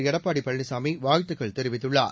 எடப்பாடி பழனிசாமி வாழ்த்துக்கள் தெரிவித்துள்ளார்